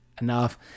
enough